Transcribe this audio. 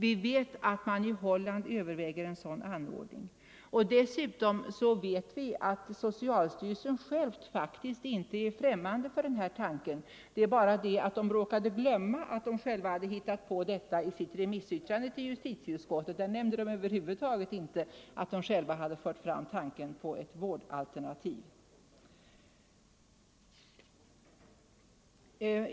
Vi vet att man även i Holland överväger en sådan anordning. Dessutom vet vi att socialstyrelsen faktiskt inte är främmande för tanken på ett vårdalternativ. Det är bara det att styrelsen i sitt remissyttrande till justitieutskottet råkat glömma att den själv varit inne på idén med ett vårdalternativ.